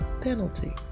penalty